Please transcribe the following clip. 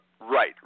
right